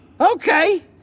Okay